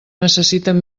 necessiten